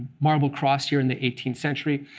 marble cross here in the eighteenth century.